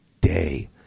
day